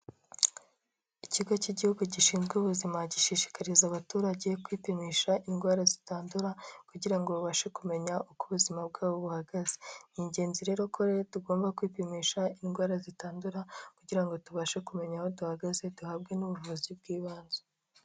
Ikigo cy'igihugu gishinzwe ubuzima, gishishikariza abaturage kwipimisha indwara zitandura, kugira ngo babashe kumenya uko ubuzima bwabo buhagaze. Ni ingenzi rero ko rero tugomba kwipimisha indwara zitandura kugira ngo tubashe kumenya aho duhagaze duhabwe n'ubuvuzi bw'ibanze.